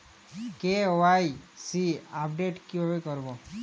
KYC update কিভাবে করবো?